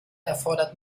erfordert